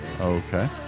Okay